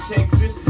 Texas